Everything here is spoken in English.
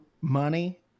money